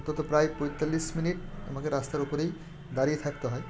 অন্তত প্রায় পঁয়তাল্লিশ মিনিট আমাকে রাস্তার ওপরেই দাঁড়িয়ে থাকতে হয়